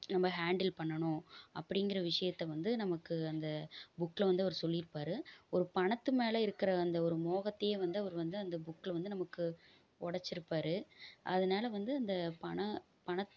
நம்ம ஹேண்டில் பண்ணணும் அப்படிங்கிற விஷயத்த வந்து நமக்கு அந்த புக்கில் வந்து அவர் சொல்லிருப்பார் ஒரு பணத்து மேலே இருக்கிற அந்த ஒரு மோகத்தயே வந்து அவர் வந்து அந்த புக்கில் வந்து நமக்கு ஒடச்சிருப்பார் அதனால வந்து அந்த பண பணத்